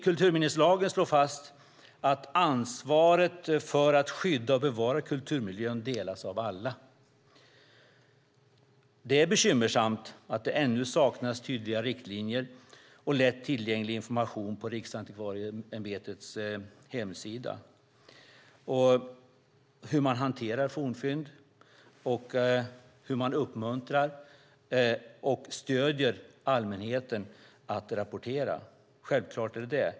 Kulturminneslagen slår fast att ansvaret för att skydda och bevara kulturmiljön delas av alla. Det är bekymmersamt att det ännu saknas tydliga riktlinjer och lättillgänglig information på Riksantikvarieämbetets hemsida om hur man hanterar fornfynd och hur man uppmuntrar och stöder allmänheten att rapportera.